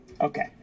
Okay